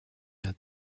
had